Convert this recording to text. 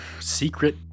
secret